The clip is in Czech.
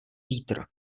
vítr